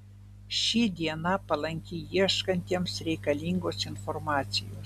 ši diena palanki ieškantiems reikalingos informacijos